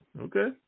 Okay